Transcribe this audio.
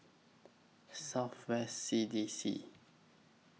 South West C D C